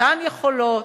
אותן יכולות,